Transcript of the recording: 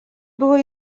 buvo